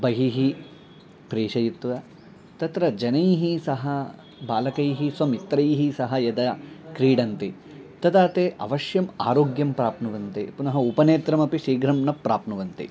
बहिः प्रेषयित्वा तत्र जनैः सह बालकैः स्वमित्रैः सह यदा क्रीडन्ति तदा ते अवश्यम् आरोग्यं प्राप्नुवन्ति पुनः उपनेत्रमपि शीघ्रं न प्राप्नुवन्ति